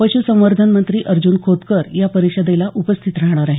पश् संवर्धन मंत्री अर्जन खोतकर या परीषदेस उपस्थीत राहणार आहेत